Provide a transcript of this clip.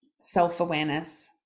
self-awareness